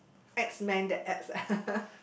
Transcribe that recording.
X Men the X